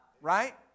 Right